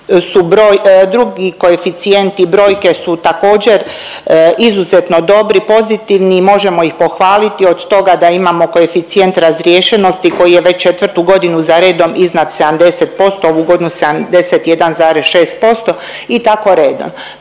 drugi koeficijenti i brojke su također izuzetno dobri, pozitivni i možemo ih pohvaliti od toga da imamo koeficijent razriješenosti koji je već 4. godinu za redom iznad 70%, ovu godinu 71,6% i tako redom.